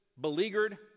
beleaguered